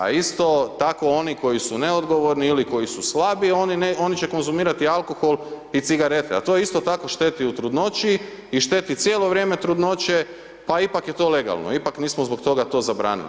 A isto tako oni koji su neodgovorni ili koji su slabi oni će konzumirati alkohol i cigarete a to isto tako šteti u trudnoći i šteti cijelo vrijeme trudnoće pa ipak je to legalno ipak nismo zbog toga to zabranili.